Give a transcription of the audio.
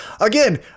Again